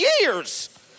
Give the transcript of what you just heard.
years